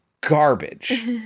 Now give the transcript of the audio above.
garbage